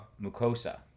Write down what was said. mucosa